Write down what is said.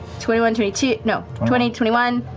twenty one, twenty two, no. twenty, twenty one,